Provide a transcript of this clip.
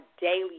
daily